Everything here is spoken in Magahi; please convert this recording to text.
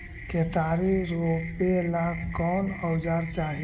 केतारी रोपेला कौन औजर चाही?